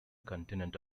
continent